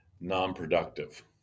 non-productive